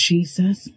Jesus